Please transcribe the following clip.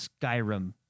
Skyrim